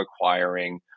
acquiring